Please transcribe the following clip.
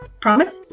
promise